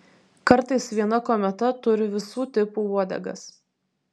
kartais viena kometa turi visų tipų uodegas